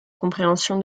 compréhension